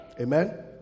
Amen